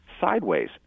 sideways